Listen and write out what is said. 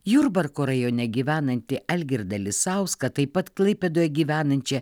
jurbarko rajone gyvenantį algirdą lisauską taip pat klaipėdoje gyvenančią